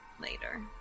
later